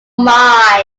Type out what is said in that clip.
love